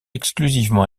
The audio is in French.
exclusivement